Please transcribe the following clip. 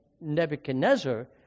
Nebuchadnezzar